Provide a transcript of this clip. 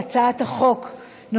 [הצעת חוק פ/5322/20,